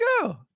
go